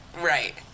Right